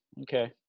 okay